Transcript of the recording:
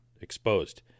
exposed